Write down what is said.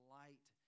light